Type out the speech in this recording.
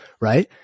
Right